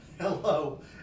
Hello